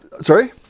sorry